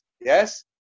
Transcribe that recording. yes